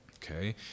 okay